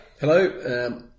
Hello